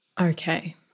Okay